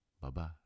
Bye-bye